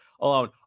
alone